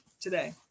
today